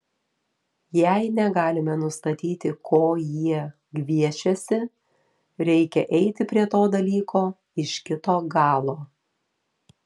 jei negalime nustatyti ko jie gviešiasi reikia eiti prie to dalyko iš kito galo